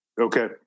Okay